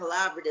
collaborative